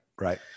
Right